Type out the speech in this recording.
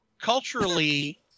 culturally